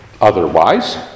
Otherwise